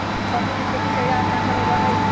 coffee में खेती छहिरा स्थान पर होइ छइ